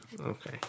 Okay